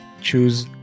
choose